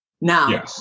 Now